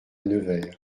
nevers